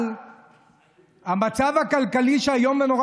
אבל המצב הכלכלי איום ונורא.